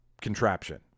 contraption